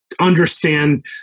understand